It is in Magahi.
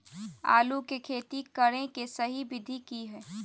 आलू के खेती करें के सही विधि की हय?